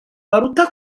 baruta